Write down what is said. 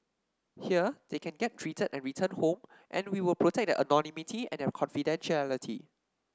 here they can get treated and return home and we will protect their anonymity and their confidentiality